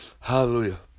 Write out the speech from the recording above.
Hallelujah